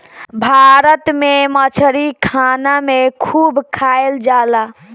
भारत में मछरी खाना में खूब खाएल जाला